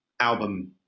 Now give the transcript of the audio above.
album